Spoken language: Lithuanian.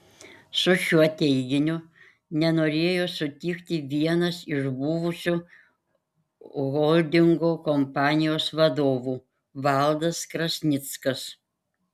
su šiuo teiginiu nenorėjo sutikti vienas iš buvusių holdingo kompanijos vadovų valdas krasnickas